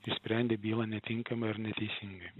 išsprendė bylą netinkamai ar neteisingai